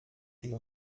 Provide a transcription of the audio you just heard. die